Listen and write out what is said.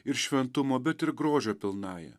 ir šventumo bet ir grožio pilnąja